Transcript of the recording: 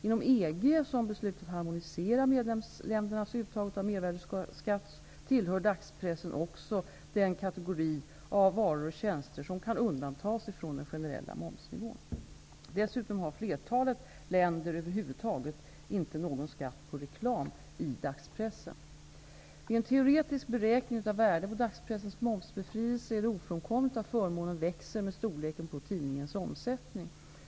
Inom EG, som beslutat harmonisera medlemsländernas uttag av mervärdesskatt, tillhör dagspressen också den kategori av varor och tjänster som kan undantas från den generella momsnivån. Dessutom har flertalet länder över huvud taget inte någon skatt på reklam i dagspressen. Vid en teoretisk beräkning av värdet på dagspressens momsbefrielse är det ofrånkomligt att förmånen växer med storleken på tidningens omsättning.